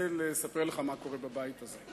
לספר לך מה קורה בבית הזה.